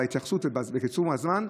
בהתייחסות ובקיצור הזמן.